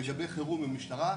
לגבי חירום עם המשטרה,